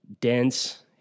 dense